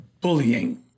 bullying